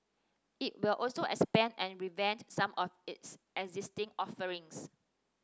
it will also expand and revamp some of its existing offerings